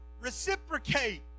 reciprocate